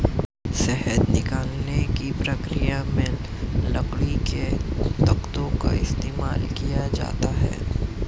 शहद निकालने की प्रक्रिया में लकड़ी के तख्तों का इस्तेमाल किया जाता है